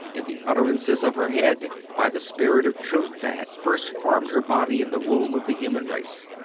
in the utterances of her head, by the spirit of truth that had first formed her body in the womb of the human race.